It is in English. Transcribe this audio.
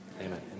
Amen